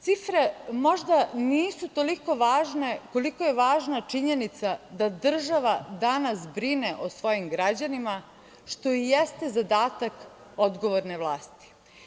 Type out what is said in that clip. Cifre nisu možda toliko važne, koliko je važna činjenica da država danas brine o svojim građanima, što i jeste zadatak odgovorne vlasti.